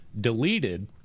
deleted